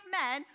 men